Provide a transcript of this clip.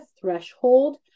threshold